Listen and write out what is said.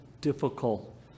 difficult